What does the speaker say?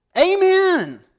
Amen